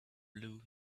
blue